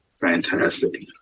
fantastic